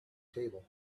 table